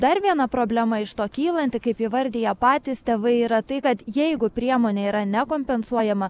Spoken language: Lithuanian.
dar viena problema iš to kylanti kaip įvardija patys tėvai yra tai kad jeigu priemonė yra nekompensuojama